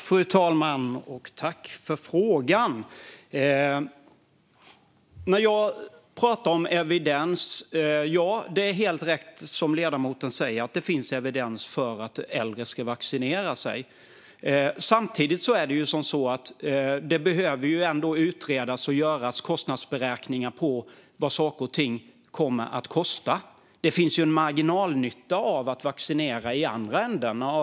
Fru talman! Jag tackar för frågan. Jag pratar om evidens. Ja, det är helt rätt som ledamoten säger: Det finns evidens för att äldre ska vaccinera sig. Men det behöver ändå utredas och göras beräkningar av vad saker och ting kommer att kosta. Det finns i andra änden en marginalnytta med att vaccinera.